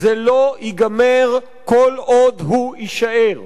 זה לא ייגמר כל עוד הוא יישאר.